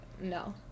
no